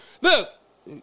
Look